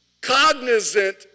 cognizant